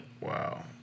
Wow